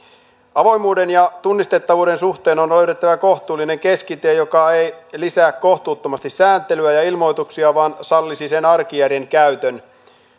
avoimuuden ja tunnistettavuuden suhteen on löydettävä kohtuullinen keskitie joka ei lisää kohtuuttomasti sääntelyä ja ja ilmoituksia vaan sallisi sen arkijärjen käytön